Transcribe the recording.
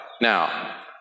Now